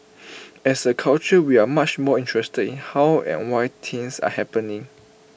as A culture we are much more interested in how and why things are happening